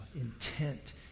intent